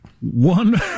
One